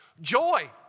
Joy